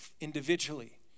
individually